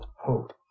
hope